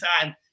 time